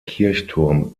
kirchturm